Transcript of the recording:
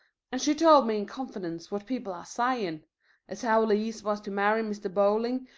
and she told me in confidence what people are saying as how louise was to marry mr. bowling,